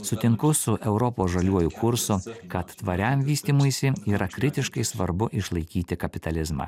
sutinku su europos žaliuoju kursu kad tvariam vystymuisi yra kritiškai svarbu išlaikyti kapitalizmą